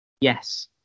yes